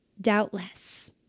doubtless